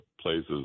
places